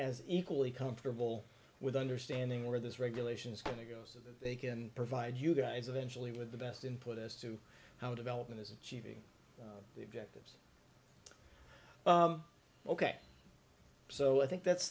as equally comfortable with understanding where this regulation is going to go so that they can provide you guys eventually with the best input as to how development is achieving the objectives ok so i think that's